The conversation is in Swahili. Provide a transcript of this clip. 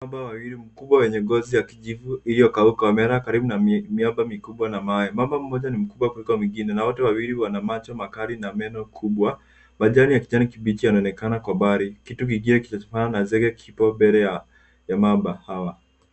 Mamba wawili, mkubwa wenye ngozi ya kijivu iliyokauka wamelala karibu na miamba mikubwa na mawe. Mamba mmoja ni mkubwa kuliko mwingine, na wote wawili wana macho makali na meno kubwa. Majani ya kijani kibichi yanaonekana kwa mbali. Kitu kingine kinafanana na zege kipo mbele ya mamba hawa.